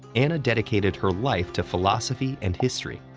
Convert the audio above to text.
anna dedicated her life to philosophy and history.